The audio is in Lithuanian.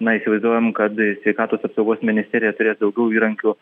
na įsivaizduojam kad sveikatos apsaugos ministerija turės daugiau įrankių